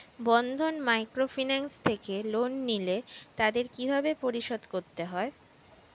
বন্ধন microfinance থেকে loan নিলে তাদের কিভাবে পরিশোধ করতে হয়?